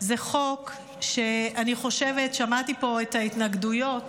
חוק שאני חושבת, שמעתי פה את ההתנגדויות,